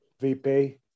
VP